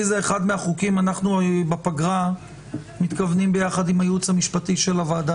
אנחנו בפגרה מתכוונים ביחד עם הייעוץ המשפטי של הוועדה,